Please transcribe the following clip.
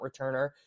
returner